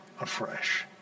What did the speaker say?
afresh